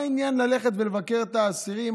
מה העניין ללכת ולבקר את האסירים?